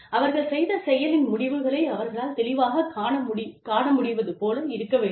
அவர்கள் செய்த செயலின் முடிவுகளை அவர்களால் தெளிவாகக் காண முடிவது போல இருக்க வேண்டும்